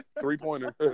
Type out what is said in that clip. three-pointer